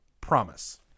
promise